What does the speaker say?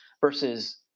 Versus